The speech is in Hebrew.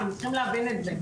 אתם צריכים להבין את זה.